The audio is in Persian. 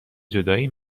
جدایی